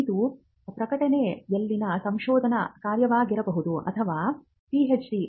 ಇದು ಪ್ರಕಟಣೆಯಲ್ಲಿನ ಸಂಶೋಧನಾ ಕಾರ್ಯವಾಗಿರಬಹುದು ಅಥವಾ ಪಿಎಚ್ಡಿPh